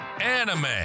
anime